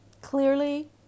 clearly